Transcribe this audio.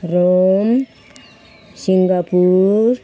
Rome Singapore